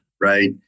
right